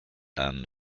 and